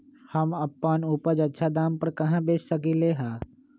हम अपन उपज अच्छा दाम पर कहाँ बेच सकीले ह?